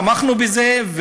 תמכנו בזה,